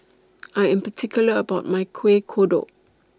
I Am particular about My Kueh Kodok